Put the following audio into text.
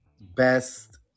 best